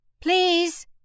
please